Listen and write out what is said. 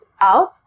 out